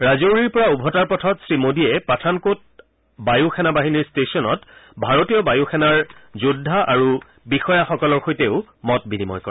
ৰাজৰৌৰ পৰা ওভতাৰ পথত শ্ৰীমোদীয়ে পাঠানকোট বায়ু সেনাবাহিনীৰ ষ্টেচনত ভাৰতীয় বায়ু সেনাৰ যোদ্ধা আৰু বিষয়াসকলৰ সৈতেও মত বিনিময় কৰে